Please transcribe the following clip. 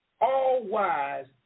all-wise